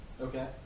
Okay